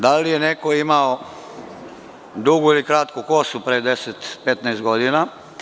Da li je neko imao dugu ili kratku kosu pre 10, 15 godina.